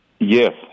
Yes